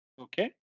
Okay